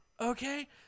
Okay